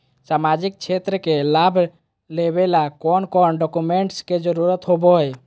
सामाजिक क्षेत्र के लाभ लेबे ला कौन कौन डाक्यूमेंट्स के जरुरत होबो होई?